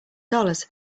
dollars